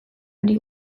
hori